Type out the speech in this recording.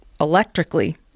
electrically